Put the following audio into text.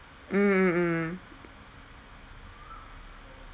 mm mm mm